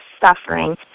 suffering